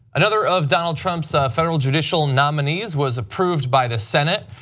another of donald trump's federal judicial nominees was approved by the senate,